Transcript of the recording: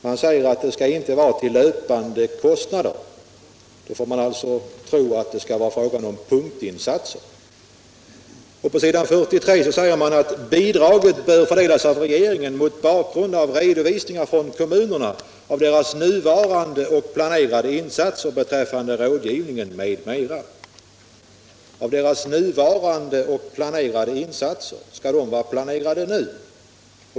Där sägs att pengarna inte skall vara till löpande kostnader. Här får man tro att det skall vara fråga om punktinsatser. På s. 43 i propositionen sägs: ”Bidraget bör fördelas av regeringen mot bakgrund av redovisningar från kommunerna av deras nuvarande och planerade insatser beträffande rådgivningen m.m. ---.” Skall de insatserna vara planerade nu?